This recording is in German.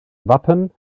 wappen